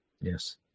Yes